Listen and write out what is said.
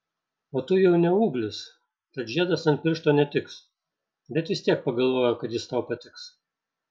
o tu jau ne ūglis tad žiedas ant piršto netiks bet vis tiek pagalvojau kad jis tau patiks